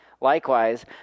Likewise